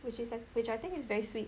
which is like which I think is very sweet